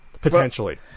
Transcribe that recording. potentially